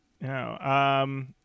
No